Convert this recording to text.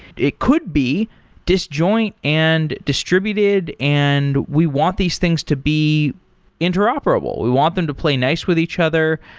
it could be disjoint and distributed and we want these things to be interoperable. we want them to play nice with each other.